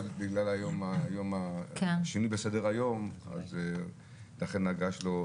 בגלל שינוי בסדר היום, לכן ההגעה שלו התעכבה.